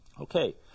okay